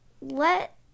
Let